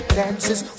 dances